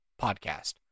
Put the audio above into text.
podcast